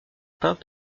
peint